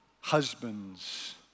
husbands